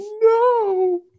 No